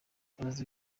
bazaze